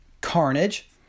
Carnage